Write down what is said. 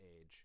age